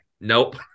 nope